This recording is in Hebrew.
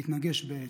התנגש בעץ.